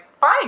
Fine